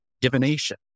divination